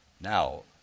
Now